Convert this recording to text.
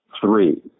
three